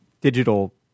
digital